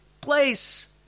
place